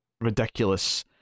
ridiculous